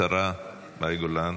השרה מאי גולן.